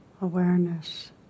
awareness